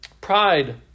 Pride